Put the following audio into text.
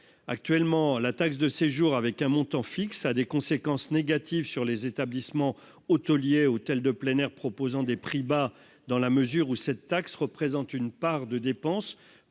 actuellement la taxe de séjour avec un montant fixe a des conséquences négatives sur les établissements hôteliers hôtel de plein air, proposant des prix bas, dans la mesure où cette taxe représente une part de dépenses